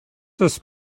this